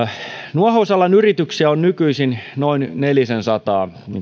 nuohousalan yrityksiä on nykyisin noin nelisensataa